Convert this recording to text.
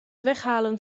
weghalen